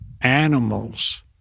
animals